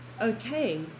okay